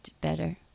better